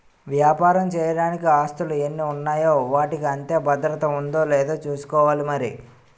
వ్యాపారం చెయ్యడానికి ఆస్తులు ఎన్ని ఉన్నాయో వాటికి అంతే భద్రత ఉందో లేదో చూసుకోవాలి మరి